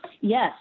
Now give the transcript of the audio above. yes